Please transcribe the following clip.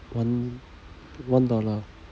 one one dollar